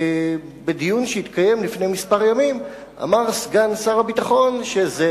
בדיון שהתקיים לפני ימים מספר אמר סגן שר הביטחון שזאת